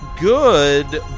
good